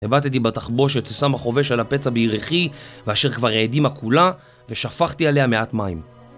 הבטתי בתחבושת ששם החובש על הפצע בירכי ואשר כבר האדימה כולה, ושפחתי עליה מעט מים